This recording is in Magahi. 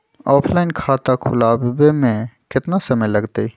ऑफलाइन खाता खुलबाबे में केतना समय लगतई?